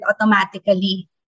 automatically